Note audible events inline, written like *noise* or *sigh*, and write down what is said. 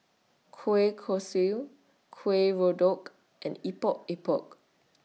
Kueh Kosui Kuih *unintelligible* and Epok Epok